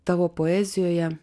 tavo poezijoje